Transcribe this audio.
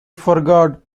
forgot